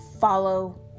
follow